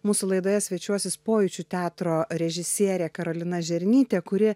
mūsų laidoje svečiuosis pojūčių teatro režisierė karolina žernytė kuri